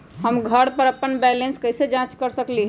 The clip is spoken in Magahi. हम घर पर अपन बैलेंस कैसे जाँच कर सकेली?